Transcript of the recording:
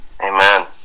Amen